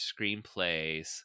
screenplays